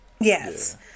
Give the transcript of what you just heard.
Yes